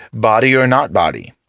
body or not body.